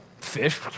fish